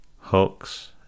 hooks